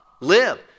live